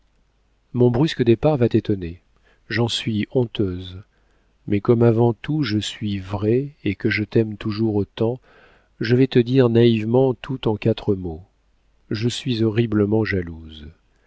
mon brusque départ va t'étonner j'en suis honteuse mais comme avant tout je suis vraie et que je t'aime toujours autant je vais te dire naïvement tout en quatre mots je suis horriblement jalouse